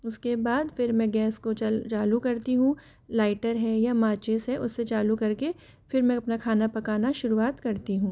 उसके बाद फिर मैं गैस को चल चालू करती हूँ लाईटर है या माचीस है उसे चालू करके फिर मैं अपना खाना पकाना शुरुआत करती हूँ